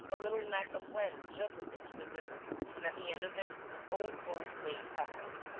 a little neck of land jutted into the river and, at the end of it, an old boat lay fastened.